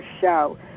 show